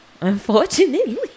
unfortunately